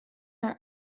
are